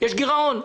יש גירעון.